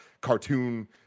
cartoon